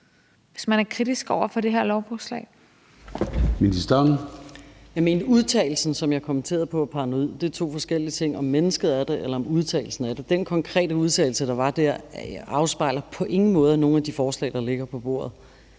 og boligministeren (Pernille Rosenkrantz-Theil): Jeg mente, at udtalelsen, som jeg kommenterede på, er paranoid. Det er to forskellige ting, altså om mennesket er det, eller om udtalelsen er det. Den konkrete udtalelse, der var der, afspejler på ingen måde nogen af de forslag, der ligger på bordet.